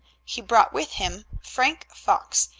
he brought with him frank fox,